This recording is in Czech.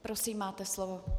Prosím, máte slovo.